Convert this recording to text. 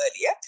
earlier